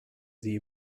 sie